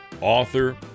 author